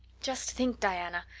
just think, diana,